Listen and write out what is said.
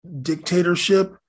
dictatorship